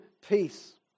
peace